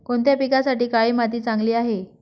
कोणत्या पिकासाठी काळी माती चांगली आहे?